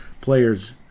players